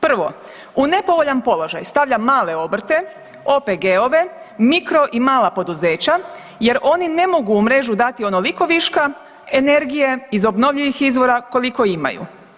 Prvo u nepovoljan položaj stavlja male obrte, OPG-ove, mikro i mala poduzeća jer oni ne mogu u mrežu dati onoliko viška energije iz obnovljivih izvora koliko imaju.